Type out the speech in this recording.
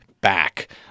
back